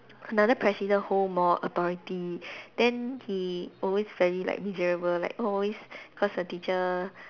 another president hold more authority then he always very like miserable like always cause the teacher